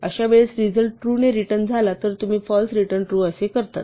अशा वेळेस result true return झाला तर तुम्ही फाल्स रिटर्न ट्रू असे करतात